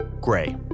Gray